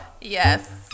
Yes